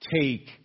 take